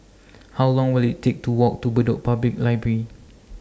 How Long Will IT Take to Walk to Bedok Public Library